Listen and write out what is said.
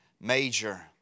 major